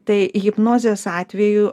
tai hipnozės atveju